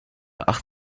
acht